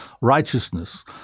righteousness